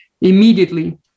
immediately